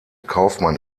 kaufmann